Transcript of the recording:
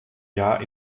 jahr